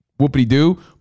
whoopity-doo